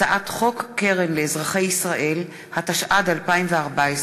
הצעת חוק קרן לאזרחי ישראל, התשע"ד 2014,